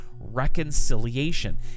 reconciliation